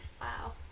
Wow